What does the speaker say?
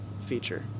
Feature